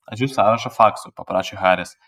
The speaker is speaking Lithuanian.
atsiųsk sąrašą faksu paprašė haris